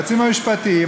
והיועצים המשפטיים,